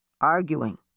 arguing